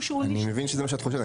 שהוא --- אני מבין שזה מה שאת חושבת,